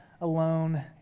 alone